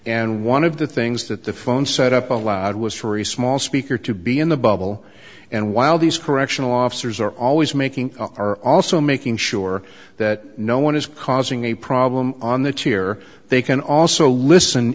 and one of the things that the phone set up allowed was for a small speaker to be in the bubble and while these correctional officers are always making are also making sure that no one is causing a problem on the chair they can also listen